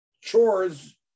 chores